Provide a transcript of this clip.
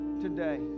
today